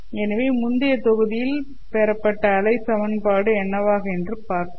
எனவே முந்தைய தொகுதியில் பெறப்பட்ட அலை சமன்பாடு என்னவாகும் என்று பார்ப்போம்